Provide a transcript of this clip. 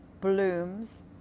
blooms